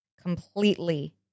completely